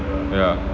ya